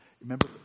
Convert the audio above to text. Remember